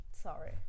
sorry